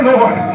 Lord